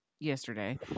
yesterday